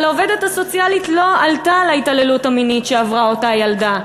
אבל העובדת הסוציאלית לא עלתה על ההתעללות המינית שאותה ילדה עברה.